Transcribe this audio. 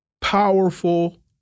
powerful